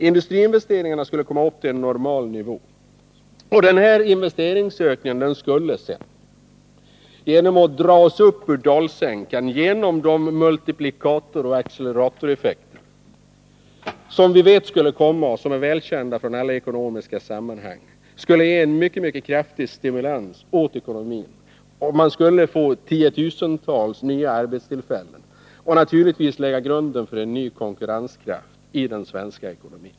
Industriinvesteringarna skulle komma upp till normal nivå. Denna investeringsökning skulle sedan dra oss upp ur dalsänkan genom de multiplikatoroch acceleratoreffekter som den skulle framkalla och som är välkända från alla ekonomiska sammanhang, ge en kraftig stimulans åt vår ekonomi och skapa tiotusentals nya arbetstillfällen. Naturligtvis skulle man därmed också lägga grunden för en ny konkurrenskraft i den svenska ekonomin.